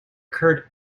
curd